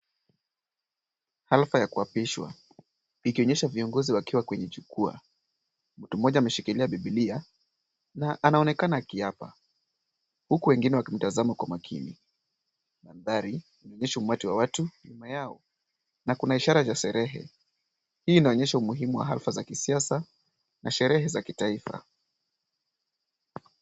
Halfa ya kuapishwa, ikionyesha viongozi wakiwa kwenye jukwaa. Mtu mmoja ameshikilia bibilia, na anaonekana akiyapa. Huku wengine wakimtazama kwa makini. Mandhari inaonyesha umati wa watu nyuma yao. Na kuna ishara za sherehe. Hii inaonyesha umuhimu wa Halfa za kisiasa na sherehe za kitaifa.